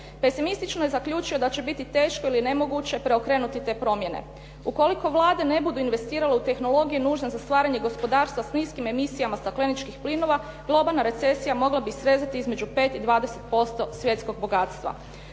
Pesimistično je zaključio da će biti teško ili nemoguće preokrenuti te promjene. Ukoliko vlade ne budu investirale u tehnologije nužne za stvaranje gospodarstva s niskim emisijama stakleničkih plinova globalna recesija mogla bi srezati između 5 i 20% svjetskog bogatstva.